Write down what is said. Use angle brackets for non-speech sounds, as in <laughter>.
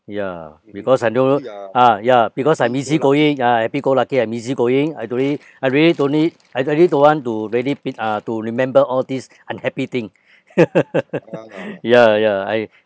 ya because I know ah ya because I'm easy-going ah happy-go-lucky I'm easy going I don't really I really don't need I I really don't want to really been uh to remember all these unhappy thing <laughs> ya ya I